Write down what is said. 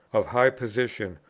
of high position,